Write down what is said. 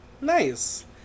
Nice